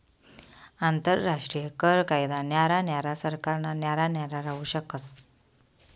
आंतरराष्ट्रीय कर कायदा न्यारा न्यारा सरकारना न्यारा न्यारा राहू शकस